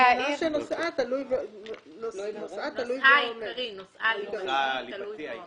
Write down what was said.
תלונה שנושאה העיקרי תלוי ועומד.